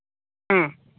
ᱦᱚᱸ